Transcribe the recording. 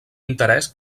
interès